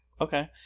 Okay